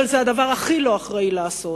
אבל זה הדבר הכי לא אחראי לעשות.